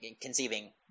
conceiving